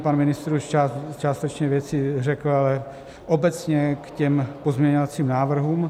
Pan ministr už částečně věci řekl, ale obecně k těm pozměňovacím návrhům.